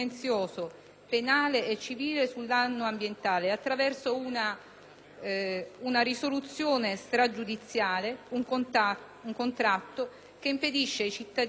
una risoluzione stragiudiziale, cioè un contratto che impedisce ai cittadini e alle istituzioni lese dal danno ambientale di rivalersi